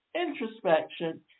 Introspection